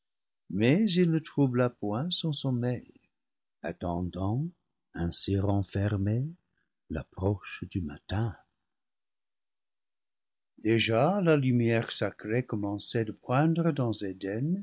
mais il ne troubla point son sommeil attendant ainsi renfermé l'approche du matin déjà la lumière sacrée commençait de poindre dans eden